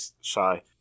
shy